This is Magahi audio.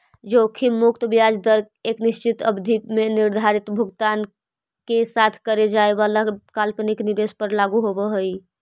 जोखिम मुक्त ब्याज दर एक निश्चित अवधि में निर्धारित भुगतान के साथ करे जाए वाला काल्पनिक निवेश पर लागू होवऽ हई